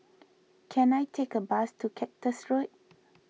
can I take a bus to Cactus Road